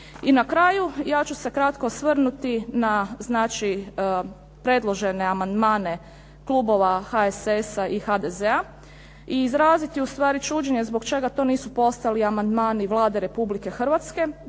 I na kraju, ja ću se kratko osvrnuti na znači predložene amandmane klubova HSS-a i HDZ-a i izraziti u stvari čuđenje zbog čega to nisu postali amandmani Vlade Republike Hrvatske.